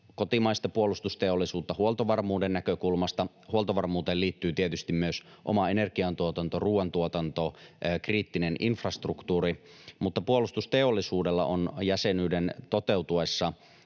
kotimaista puolustusteollisuutta huoltovarmuuden näkökulmasta. Huoltovarmuuteen liittyvät tietysti myös oma energiantuotanto, ruuantuotanto, kriittinen infrastruktuuri, mutta puolustusteollisuudella on jäsenyyden toteutuessa